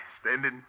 standing